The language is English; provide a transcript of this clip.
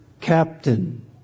captain